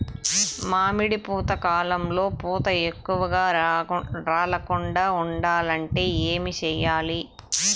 మామిడి పూత కాలంలో పూత ఎక్కువగా రాలకుండా ఉండాలంటే ఏమి చెయ్యాలి?